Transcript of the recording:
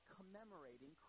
commemorating